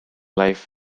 life